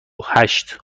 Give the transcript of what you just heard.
هشت